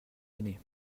ainée